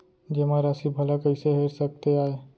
जेमा राशि भला कइसे हेर सकते आय?